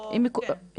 כן,